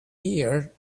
year